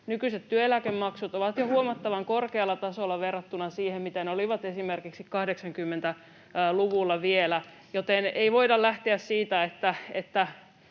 nykyiset työeläkemaksut ovat jo huomattavan korkealla tasolla verrattuna siihen, mitä ne olivat esimerkiksi vielä 80-luvulla, joten ei voida lähteä siitä, että